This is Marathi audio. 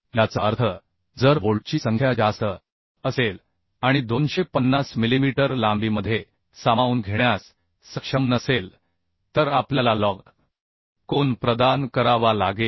याचा अर्थ जर बोल्टची संख्या जास्त असेल आणि 250 मिलीमीटर लांबीमध्ये सामावून घेण्यास सक्षम नसेल तर आपल्याला लजकोन प्रदान करावा लागेल